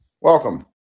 Welcome